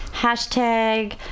hashtag